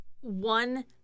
one